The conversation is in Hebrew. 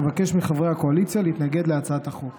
אבקש מחברי הקואליציה להתנגד להצעת החוק הזאת.